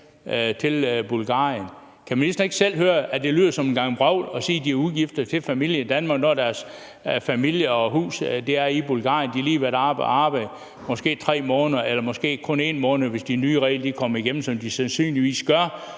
til Bulgarien. Kan ministeren ikke selv høre, at det lyder som en gang vrøvl at sige, at de har udgifter til familie i Danmark, når deres familie og hus er i Bulgarien? De har lige været oppe og arbejde måske 3 måneder – eller måske kun 1 måned, hvis de nye regler kommer igennem, som de sandsynligvis gør.